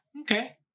okay